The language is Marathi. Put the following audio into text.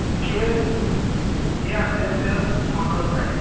खेळ हे अत्यंत महत्त्वाचं आहे